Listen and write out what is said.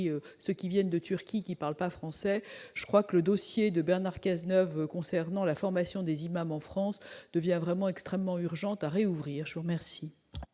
ceux qui viennent de Turquie qui parle pas français, je crois que le dossier de Bernard Cazeneuve concernant la formation des imams en France devient vraiment extrêmement urgente à réouvrir chaud merci.